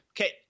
Okay